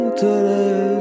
today